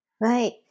Right